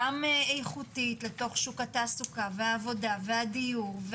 איכותית לתוך שוק התעסוקה והעבודה והדיור,